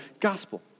gospel